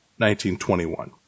1921